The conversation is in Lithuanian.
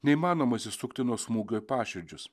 neįmanoma išsisukti nuo smūgio į paširdžius